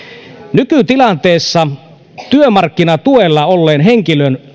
nykytilanteessa työmarkkinatuella olleen henkilön